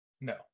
no